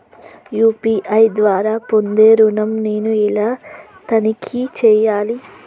UPI ద్వారా పొందే ఋణం నేను ఎలా తనిఖీ చేయాలి?